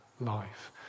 life